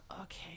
okay